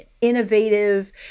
innovative